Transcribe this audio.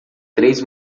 três